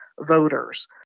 voters